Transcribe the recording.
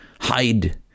hide